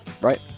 Right